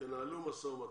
תנהלו משא ומתן,